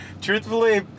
Truthfully